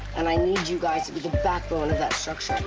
and i need you guys to be the backbone of that structure.